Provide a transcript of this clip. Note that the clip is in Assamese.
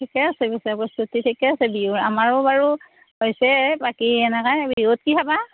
ঠিকে আছে পিছে প্ৰস্তুতি ঠিকে আছে বিহুৰ আমাৰো বাৰু হৈছেয়ে বাকী এনেকে বিহুত কি খাবা